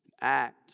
act